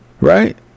right